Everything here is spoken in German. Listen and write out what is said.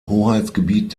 hoheitsgebiet